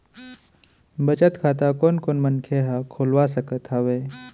बचत खाता कोन कोन मनखे ह खोलवा सकत हवे?